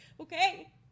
Okay